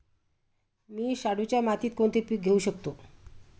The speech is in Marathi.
मी शाडूच्या मातीत कोणते पीक घेवू शकतो?